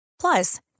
Plus